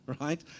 right